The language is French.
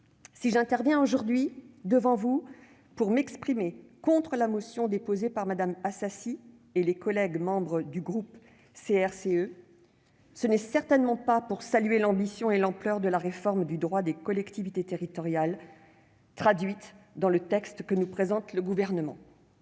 si j'interviens aujourd'hui devant vous pour m'exprimer contre la motion déposée par Mme Assassi et les membres du groupe CRCE, ce n'est certainement pas pour saluer l'ambition et l'ampleur de la réforme du droit des collectivités territoriales traduites dans le texte que nous présente le Gouvernement.